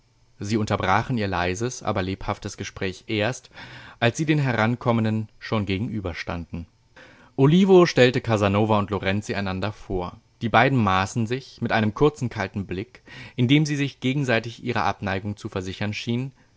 sie unterbrachen ihr leises aber lebhaftes gespräch erst als sie den herankommenden schon gegenüberstanden olivo stellte casanova und lorenzi einander vor die beiden maßen sich mit einem kurzen kalten blick in dem sie sich gegenseitig ihrer abneigung zu versichern schienen